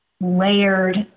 layered